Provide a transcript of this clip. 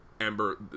Ember